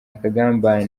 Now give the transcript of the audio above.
akagambane